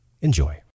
Enjoy